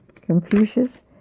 Confucius